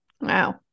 Wow